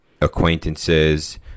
acquaintances